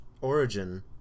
origin